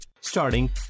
Starting